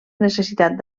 necessitat